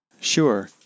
?Sure